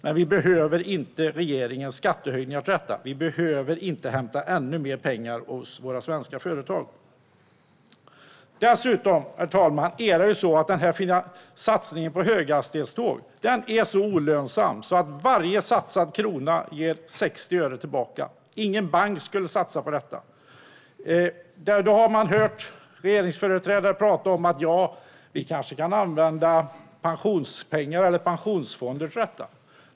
Men vi behöver inte regeringens skattehöjningar för detta. Vi behöver inte hämta ännu mer pengar hos våra svenska företag. Herr talman! Satsningen på höghastighetståg är så olönsam att varje satsad krona ger 60 öre tillbaka. Ingen bank skulle satsa på det. Regeringsföreträdare har hörts tala om att pensionsfonder kanske kan användas till detta.